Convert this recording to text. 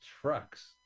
trucks